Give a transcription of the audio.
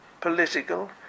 political